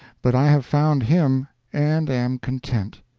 but i have found him, and am content.